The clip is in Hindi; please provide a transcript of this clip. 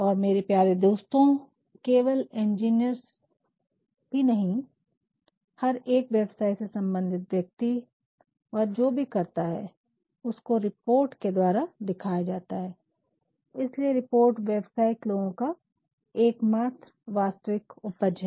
और मेरे प्यारे दोस्तों केवल इंजीनियर ही नहीं हर एक व्यवसाय से संबंधित व्यक्ति वह जो भी करता है उसको रिपोर्ट के द्वारा दिखाया जाता है इसीलिए रिपोर्ट व्यवसायिक लोगों का एकमात्र वास्तविक उपज है